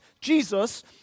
Jesus